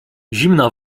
zimna